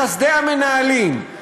לחסדי המנהלים,